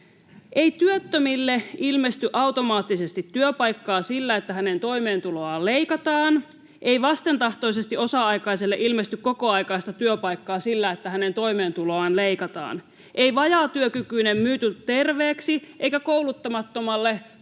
ei työttömille ilmesty automaattisesti työpaikkaa sillä, että hänen toimeentuloaan leikataan, ei vastentahtoisesti osa-aikaiselle ilmesty kokoaikaista työpaikkaa sillä, että hänen toimeentuloaan leikataan, ei vajaatyökykyinen muutu terveeksi eikä kouluttamattomalle tule